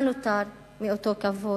מה נותר מאותו כבוד?